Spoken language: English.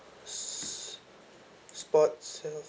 s~ sports ya